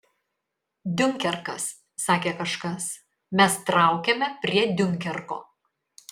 diunkerkas sakė kažkas mes traukiame prie diunkerko